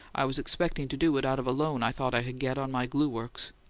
i was expecting to do it out of a loan i thought i could get on my glue-works.